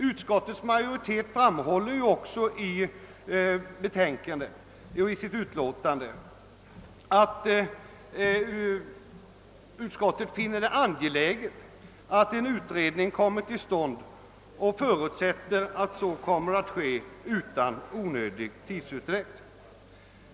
Utskottsmajoriteten framhåller också i utlåtandet att den »finner angeläget att en utredning kommer till stånd och förutsätter att så kommer att ske utan onödig tidsutdräkt».